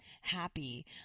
happy